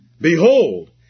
Behold